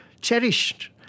Cherished